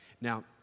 Now